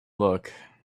look